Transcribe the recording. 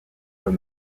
from